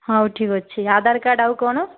ହଉ ଠିକ୍ ଅଛି ଆଧାର କାର୍ଡ଼ ଆଉ କ'ଣ